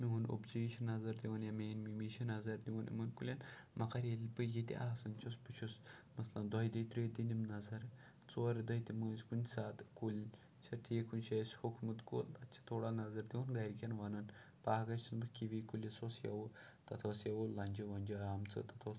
میون ابو جی تہِ نظر دِوان یا میٲنۍ مِمی چھِ نظر دِون یِمن کُلٮ۪ن مگر ییٚلہِ بہٕ ییٚتہِ آسان چھُس بہٕ چھُس مثلاً دۄیہِ دۄہۍ ترٛیٚیہِ دۄہۍ دِم نظر ژورِ دۄہۍ تہِ مٔنزۍ کُنہِ ساتہٕ کُلۍ چھےٚ ٹھیٖک کُنہِ جایہِ آسہِ ہوکھمُت کُل تَتھ چھِ تھوڑا نظر دِوان گرِکٮ۪ن وَنان باغس چھُس بہٕ کِوی کُلِس اوس یَوٕ تَتھ اوس یَوٕ لنٛجہِ وَنجہِ آمژٕ تَتھ اوس